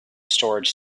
storage